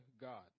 God